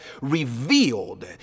revealed